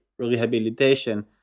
rehabilitation